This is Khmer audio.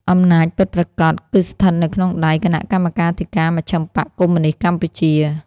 អំណាចពិតប្រាកដគឺស្ថិតនៅក្នុងដៃ «គណៈកម្មាធិការមជ្ឈិមបក្សកុម្មុយនីស្តកម្ពុជា»។